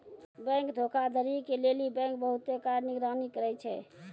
bank धोखाधड़ी के लेली बैंक बहुते कड़ा निगरानी करै छै